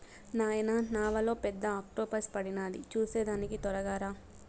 నాయనా నావలో పెద్ద ఆక్టోపస్ పడినాది చూసేదానికి తొరగా రా